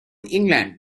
england